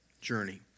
journey